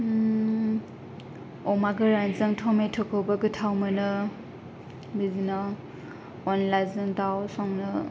अमा गोरानजों टमेट'खौबो गोथाव मोनो बिदिनोे अनलाजों दाव संनो